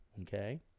Okay